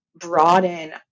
Broaden